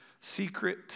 secret